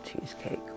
cheesecake